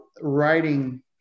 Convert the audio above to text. writing